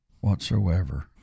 whatsoever